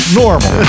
normal